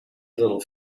little